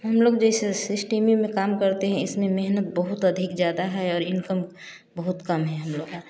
हम लोग जैसे सिस्टम में काम करते हैं इसमें मेहनत बहुत अधिक ज़्यादा है और इनकम बहुत कम है